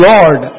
Lord